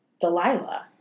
Delilah